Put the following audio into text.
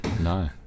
No